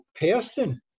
person